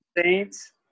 Saints